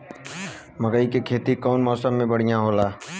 मकई के खेती कउन मौसम में बढ़िया होला?